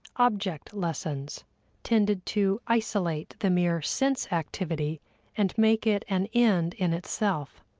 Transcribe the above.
object lessons tended to isolate the mere sense-activity and make it an end in itself.